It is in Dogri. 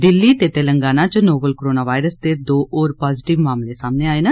दिल्ली ते तेलंगाना च नोवल कोराना वायरस दे दौं होर पाजीटिव मामले सामने आए न